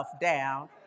down